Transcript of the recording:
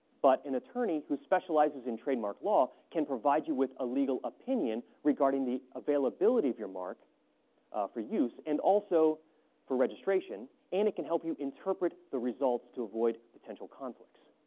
but an attorney who specializes in trademark law can provide you with a legal opinion regarding the availability of your mark for use and also for registration and it can help you interpret the results to avoid potential conflicts.